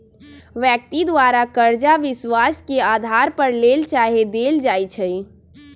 व्यक्ति द्वारा करजा विश्वास के अधार पर लेल चाहे देल जाइ छइ